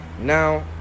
now